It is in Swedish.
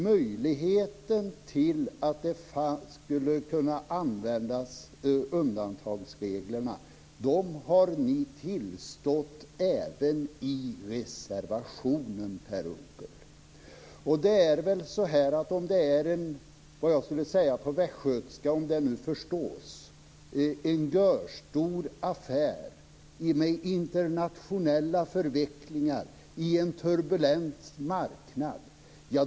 Möjligheten att använda undantagsreglerna har ni tillstått även i reservationen, Per Unckel. Detta är vad jag på västgötska, om det nu förstås, skulle kalla en gôrstor affär med internationella förvecklingar på en turbulent marknad.